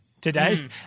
today